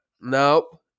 Nope